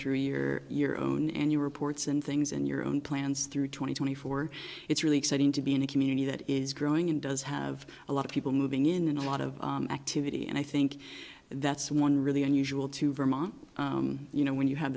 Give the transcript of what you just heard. through your your own and your reports and things and your own plans through twenty twenty four it's really exciting to be in a community that is is growing and does have a lot of people moving in and a lot of activity and i think that's one really unusual to vermont you know when you have